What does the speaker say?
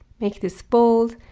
make this bold,